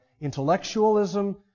intellectualism